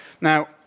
Now